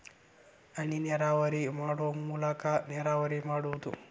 ಹನಿನೇರಾವರಿ ಮಾಡು ಮೂಲಾಕಾ ನೇರಾವರಿ ಮಾಡುದು